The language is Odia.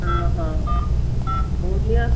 ହଁ ହଁ ହଉ ନିଅ